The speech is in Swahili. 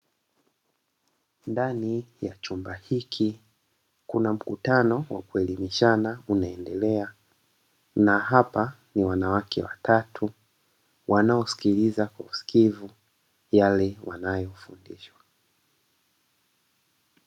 Ndani ya chumba hiki, kuna mkutano wa kueliminishana unaendelea na hapa ni wanawake watatu wanaosikiliza kwa usikivu yale wanayofundishwa .